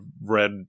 read